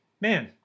Man